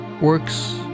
works